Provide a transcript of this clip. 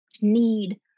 need